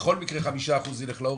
בכל מקרה 5% ילך להורים.